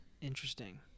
Interesting